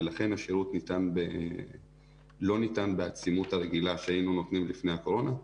ולכן השירות לא ניתן בעצימות הרגילה שהיינו נותנים לפני הקורונה.